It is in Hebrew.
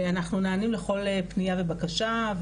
אנחנו נענים לכל פניה ובקשה.